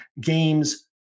games